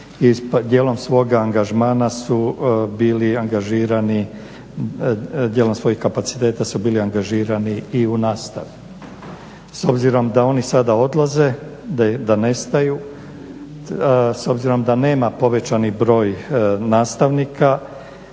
djelom svog angažmana su bili angažirani, djelom svoji kapaciteta su bili angažirani i u nastavi. S obzirom da oni sada odlaze, da nestaju s obzirom da nema povećani broj nastavnika